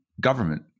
government